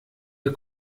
der